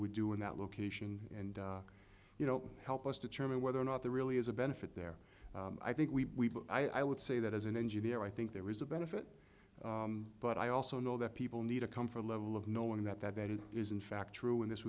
would do in that location and you know help us determine whether or not there really is a benefit there i think we i would say that as an engineer i think there is a benefit but i also know that people need a comfort level of knowing that that it is in fact true in this